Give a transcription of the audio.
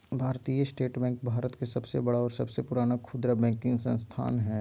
भारतीय state bank भारत के सबसे बड़ा और सबसे पुराना खुदरा बैंकिंग संस्थान हइ